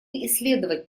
исследовать